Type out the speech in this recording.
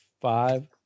five